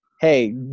hey